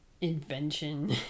invention